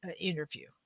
interview